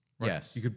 Yes